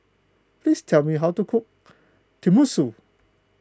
please tell me how to cook Tenmusu